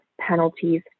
penalties